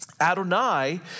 Adonai